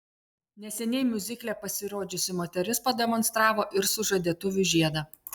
neseniai miuzikle pasirodžiusi moteris pademonstravo ir sužadėtuvių žiedą